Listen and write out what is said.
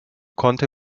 konnte